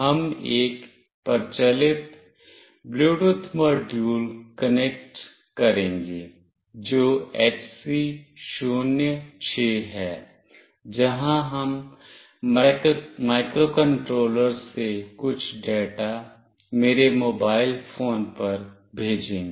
हम एक प्रचलित ब्लूटूथ मॉड्यूल कनेक्ट करेंगे जो HC 06 है जहां हम माइक्रोकंट्रोलर से कुछ डेटा मेरे मोबाइल फोन पर भेजेंगे